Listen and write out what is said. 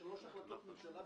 יש שלוש החלטות ממשלה,